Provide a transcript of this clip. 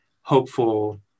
hopeful